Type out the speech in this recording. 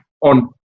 on